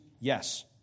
Yes